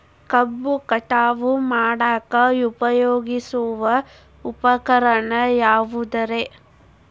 ಕಬ್ಬು ಕಟಾವು ಮಾಡಾಕ ಉಪಯೋಗಿಸುವ ಉಪಕರಣ ಯಾವುದರೇ?